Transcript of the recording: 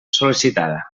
sol·licitada